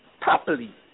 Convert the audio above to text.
properly